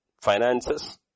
finances